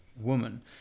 woman